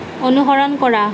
অনুসৰণ কৰা